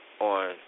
on